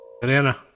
Banana